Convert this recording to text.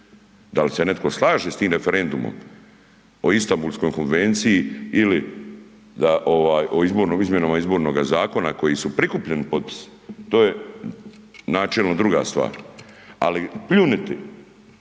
Da li se netko slaže sa tim referendumom o Istanbulskoj konvenciji ili o izmjenama Izbornog zakona koji su prikupljeni potpisi, to je načelno druga stvar ali pljunuti